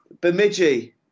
Bemidji